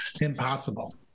impossible